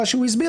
מה שהוא הסביר,